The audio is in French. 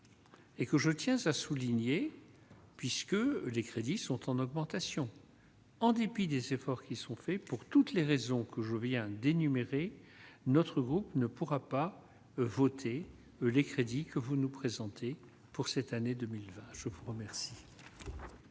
Et que je tiens ça souligné puisque les crédits sont en augmentation, en dépit des efforts qui sont faits pour toutes les raisons que je viens d'énumérer notre groupe ne pourra pas voter les crédits que vous nous présentez pour cette année 2020, je vous remercie.